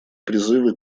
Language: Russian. призывы